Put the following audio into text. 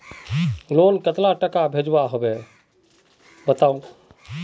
Loan कतला टाका भेजुआ होबे बताउ?